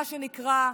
מה שנקרא,